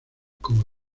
como